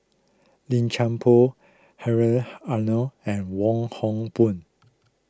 Lim Chuan Poh Hedwig Anuar and Wong Hock Boon